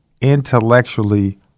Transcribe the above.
intellectually